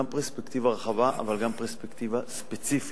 פרספקטיבה רחבה אבל גם פרספקטיבה ספציפית,